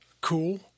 cool